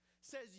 says